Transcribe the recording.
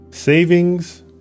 savings